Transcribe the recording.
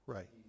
Right